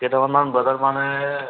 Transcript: কেইটামান বজাত মানে